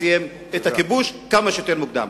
ולסיים את הכיבוש כמה שיותר מוקדם.